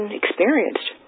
experienced